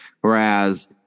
whereas